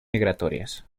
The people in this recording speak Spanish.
migratorias